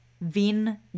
Vin